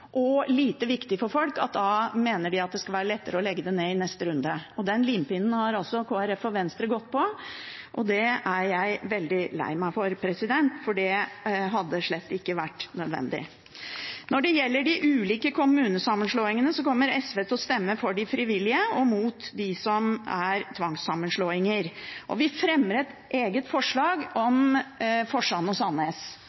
og lite viktig for folk at det blir lettere å legge det ned i neste runde. Den limpinnen har Kristelig Folkeparti og Venstre gått på, og det er jeg veldig lei meg for, for det hadde slett ikke vært nødvendig. Når det gjelder de ulike kommunesammenslåingene, kommer SV til å stemme for de frivillige og mot tvangssammenslåingene. Vi fremmer et eget forslag